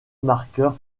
marqueur